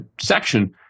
section